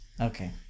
Okay